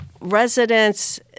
residents